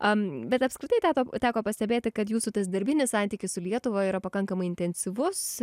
bet apskritai teko teko pastebėti kad jūsų tas darbinis santykis su lietuva yra pakankamai intensyvus